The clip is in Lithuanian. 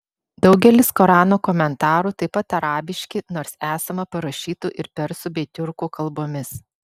daugelis korano komentarų taip pat arabiški nors esama parašytų ir persų bei tiurkų kalbomis